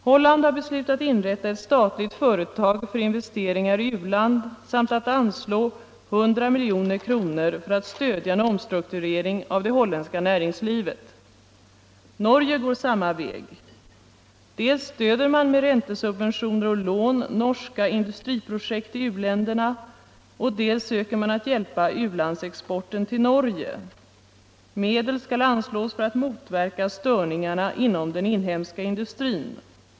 Holland har beslutat inrätta ett statligt företag för investeringar i u-land samt att anslå 100 milj.kr. för att stödja en omstrukturering av det holländska näringslivet. Norge går samma väg. Dels stöder man med räntesubventioner och lån norska industriprojekt i uländerna, dels söker man att hjälpa u-landsexporten till Norge. Medel skall anslås för att motverka störningarna inom den inhemska industrin.